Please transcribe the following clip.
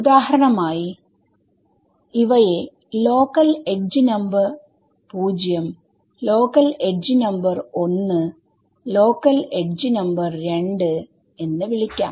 ഉദാഹരണമായി ഇവയെ local edge number 0 local edge number 1 local edge number 2 എന്ന് വിളിക്കാം